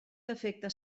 defecte